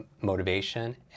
motivation